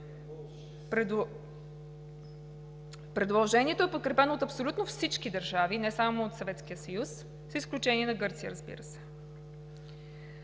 Предложението е подкрепено от абсолютно всички държави, не само от Съветския съюз, с изключение на Гърция, разбира се.